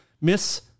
miss